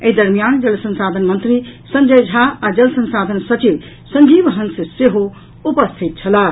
एहि दरमियान जल संसाधन मंत्री संजय झा आ जल संसाधन सचिव संजीव हंस सेहो उपस्थित छलाह